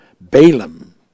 Balaam